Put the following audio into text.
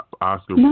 Oscar